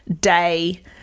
day